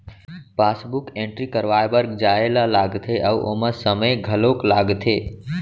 passbook entry करवाए बर जाए ल लागथे अउ ओमा समे घलौक लागथे